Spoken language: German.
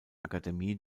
akademie